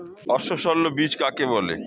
অসস্যল বীজ কাকে বলে?